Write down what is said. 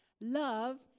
love